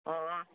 ꯑꯣ